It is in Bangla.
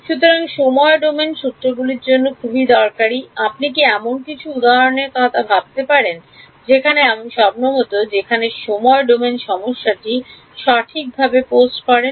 সুতরাং সময় ডোমেন সূত্রগুলির জন্য খুব দরকারী আপনি কি এমন কিছু উদাহরণের কথা ভাবতে পারেন যেখানে আপনি সম্ভবত যেখানে সময় ডোমেনে সমস্যাটি স্বাভাবিকভাবে পোস্ট করেন